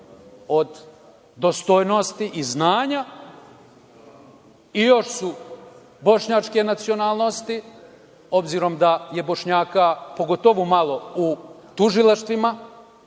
od dostojnosti i znanja i još su bošnjačke nacionalnosti.S obzirom da je Bošnjaka u tužilaštvima